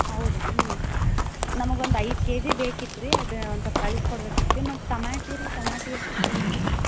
ಹೌದೇನು ರೀ ನಮಗೊಂದು ಐದು ಕೆಜಿ ಬೇಕಿತ್ತು ರೀ ಅದು ಒಂದು ಸಲ್ಪ್ ಕಳಸ್ಕೊಡ್ಬೇಕಿತ್ತು ರೀ ಮತ್ತು ಟಮ್ಯಾಟಿ ರೀ ಟಮಾಟಿ ಎಷ್ಟು ಐತೆ ರೀ